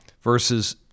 versus –